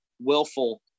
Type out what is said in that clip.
willful